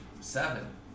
seven